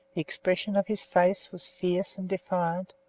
expression of his face was fierce and defiant,